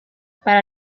para